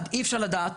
אי אפשר לדעת